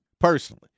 personally